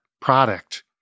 product